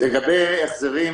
לגבי החזרים